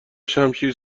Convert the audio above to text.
شمشیر